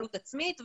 עלות עצמית,